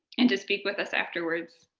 and to speak with us afterwards.